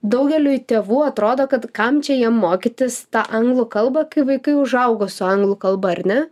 daugeliui tėvų atrodo kad kam čia jiem mokytis anglų kalbą kai vaikai užaugo su anglų kalba ar ne